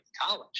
college